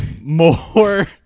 more